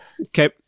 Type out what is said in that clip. Okay